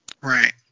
Right